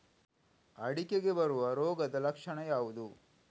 ಅಡಿಕೆಗೆ ಬರುವ ರೋಗದ ಲಕ್ಷಣ ಯಾವುದು?